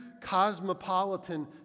cosmopolitan